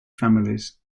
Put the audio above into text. families